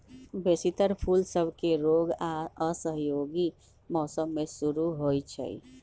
बेशी तर फूल सभके रोग आऽ असहयोगी मौसम में शुरू होइ छइ